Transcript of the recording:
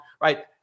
right